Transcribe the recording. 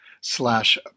slash